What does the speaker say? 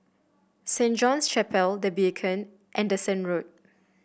Saint John's Chapel The Beacon and Anderson Road